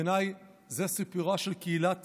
בעיניי זה סיפורה של קהילת